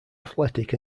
athletic